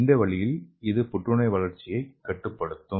இந்த வழியில் இது புற்றுநோய் வளர்ச்சியை கட்டுப்படுத்தும்